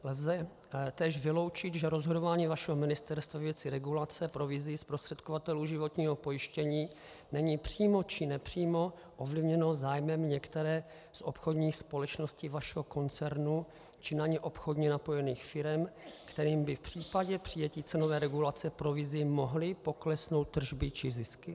Lze též vyloučit, že rozhodování vašeho ministerstva ve věci regulace provizí zprostředkovatelů životního pojištění není přímo či nepřímo ovlivněno zájmem některé z obchodních společností vašeho koncernu či na ně obchodně napojených firem, kterým by v případě přijetí cenové regulace provizí mohly poklesnout tržby či zisky?